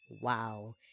Wow